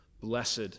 Blessed